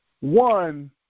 One